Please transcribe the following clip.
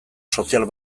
sozial